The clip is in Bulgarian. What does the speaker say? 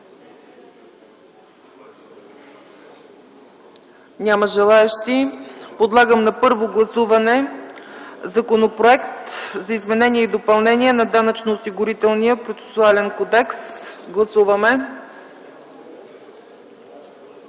Няма желаещи. Подлагам на първо гласуване Законопроекта за изменение и допълнение на Данъчно-осигурителния процесуален кодекс. Моля,